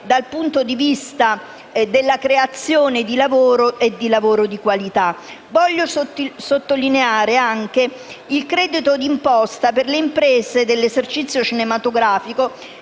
dal punto di vista della creazione di lavoro e di lavoro di qualità. Voglio sottolineare anche la previsione del credito d’imposta per le imprese dell’esercizio cinematografico